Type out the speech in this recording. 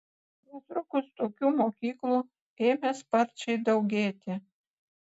netrukus tokių mokyklų ėmė sparčiai daugėti